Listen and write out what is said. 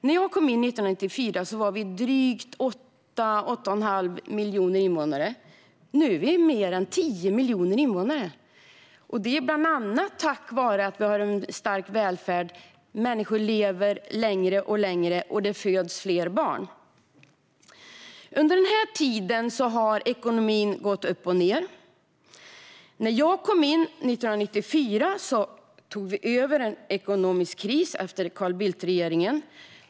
När jag kom in 1994 var vi 8-8,5 miljoner invånare. Nu är vi mer än 10 miljoner, bland annat tack vare att vi har en stark välfärd. Människor lever längre och längre, och det föds fler barn. Under denna tid har ekonomin gått upp och ned. När jag kom in 1994 tog vi över en ekonomisk kris efter Carl Bildt-regeringen.